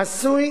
עשוי